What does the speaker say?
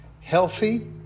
healthy